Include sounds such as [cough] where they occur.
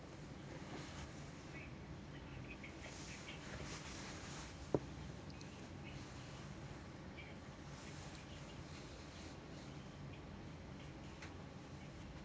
[breath]